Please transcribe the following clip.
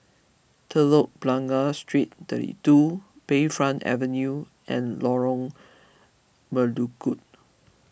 Telok Blangah Street thirty two Bayfront Avenue and Lorong Melukut